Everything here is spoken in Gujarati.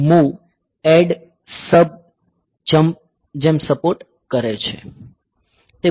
તે બધી મશીન ની ઇન્સટ્રકસન્સ છે